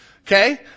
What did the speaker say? Okay